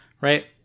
right